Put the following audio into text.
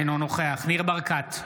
אינו נוכח ניר ברקת,